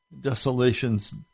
Desolations